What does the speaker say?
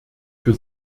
für